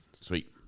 Sweet